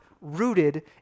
rooted